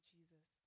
Jesus